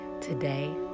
Today